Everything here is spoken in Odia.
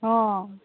ହଁ